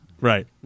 Right